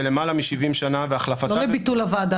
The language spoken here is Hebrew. למעלה מ-70 שנה והחלפתה --- לא לביטול הוועדה,